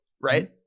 right